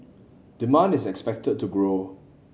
demand is expected to grow